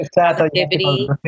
activity